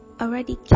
already